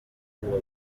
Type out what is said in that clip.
ubwo